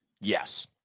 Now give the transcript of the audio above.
Yes